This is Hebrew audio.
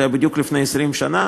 זה היה בדיוק לפני 20 שנה,